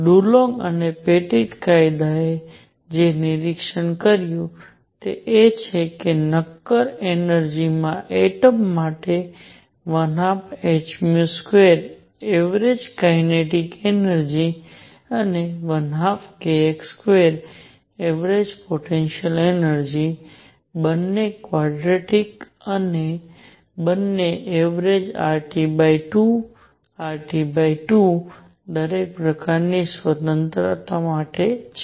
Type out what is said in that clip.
Dulong અને Petit કાયદાએ જે નિરીક્ષણ કર્યું છે તે એ છે કે નક્કર એનર્જિ માં એટમ માટે 12mv2 એવરેજ કાઇનેટિક એનર્જિ અને 12kx2 એવરેજ પોટેન્શીયલ એનર્જિ બંને ક્વાડ્રાટીક અને બંને એવરેજ RT2 RT2 દરેક પ્રકારની સ્વતંત્રતા માટે છે